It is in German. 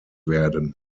werden